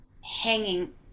hanging